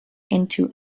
into